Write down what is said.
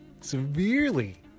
severely